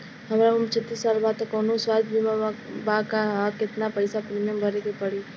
हमार उम्र छत्तिस साल बा त कौनों स्वास्थ्य बीमा बा का आ केतना पईसा प्रीमियम भरे के पड़ी?